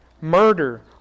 murder